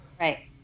Right